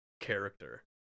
character